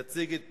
יציג את